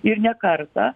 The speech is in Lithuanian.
ir ne kartą